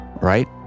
right